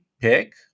pick